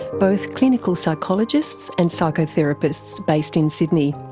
both clinical psychologists and psychotherapists based in sydney.